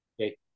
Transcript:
Okay